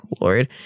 Lord